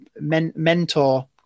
mentor